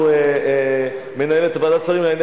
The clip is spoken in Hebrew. נרשמו לזכות דיבור חברי הכנסת אורי אריאל,